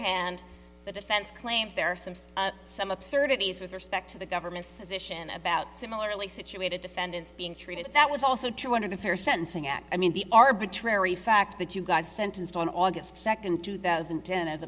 hand the defense claims there are some some absurdities with respect to the government's position about similarly situated defendants being treated that was also true under the fair sentencing at i mean the arbitrary fact that you got sentenced on august second two thousand and ten as